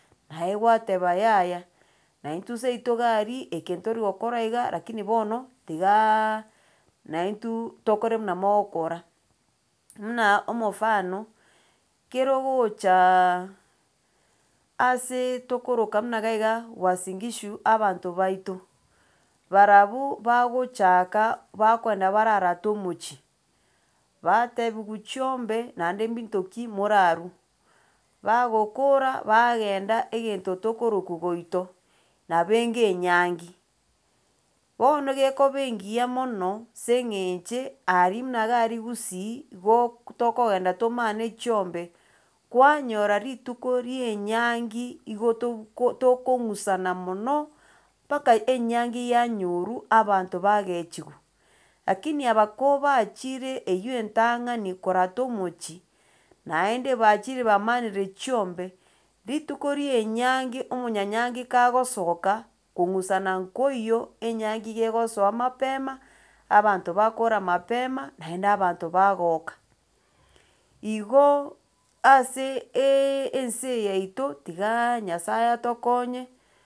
Naye gwateba yaya, na intwe seito iga aria eke ntori gokora iga lakini bono, tigaaaaa na intwe tokore muna mogokora. Muna omofano, kero ogochaaaaa ase tokoroka muna iga iga uasin gishu abanto baito, barabwo bagochaka bakoenda bararata omochie, batebiwa chiombe naende binto ki morarwe, bagokora, bagenda egento tokorwa goito, nabo enge enyangi, bono gekoba engiya mono ase eng'enche aria buna iga aria gusii, gok tokogenda tomane chiombe, kwanyora rituko ria enyangi igo togo tokong'usana mono mpaka enyangi yanyorwa abanto bagechiwu. Lakini aba kobachire eywo entang'ani korata omochie naende bachire bamanire chiombe, rituko rie enyangi omonyanyangi kagosoka kong'usana nkoiyo enyangi gegosoa mapema, abanto bakora mapema naende abanto bagoka igo ase eeee ense eye yaito tigaaa nyasaye atokonye.